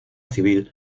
civil